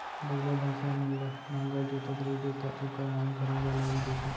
बइला, भईंसा मन ल नांगर जोतत रइबे त ओकर नाल घलौ ल लाग देथे